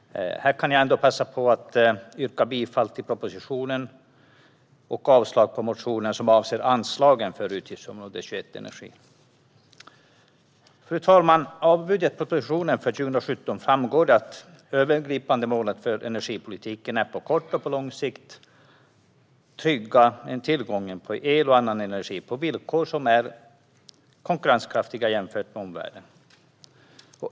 Här kan jag ändå passa på att yrka bifall till propositionen och avslag på motionerna vad avser anslagen för utgiftsområde 21 Energi. Fru talman! Av budgetpropositionen för 2017 framgår att det övergripande målet för energipolitiken är att på kort och på lång sikt trygga tillgången på el och annan energi på villkor som är konkurrenskraftiga jämfört med omvärlden.